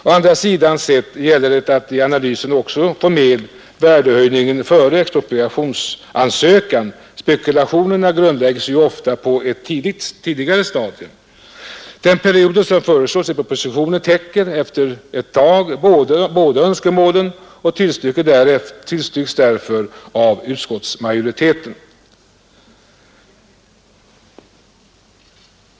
Å andra sidan gäller det att i analysen också få med värdehöjningen före expropriationsansökan; spekulationerna grundläggs ju ofta på ett tidigare stadium. Den period som föreslås i propositionen täcker, efter en tid, båda önskemålen och tillstyrks därför av utskottsmajoriteten.